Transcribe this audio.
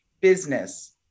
business